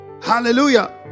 Hallelujah